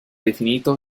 definito